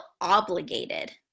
obligated